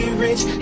rich